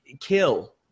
kill